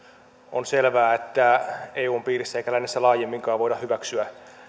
on selvää että eun piirissä eikä lännessä laajemminkaan voida hyväksyä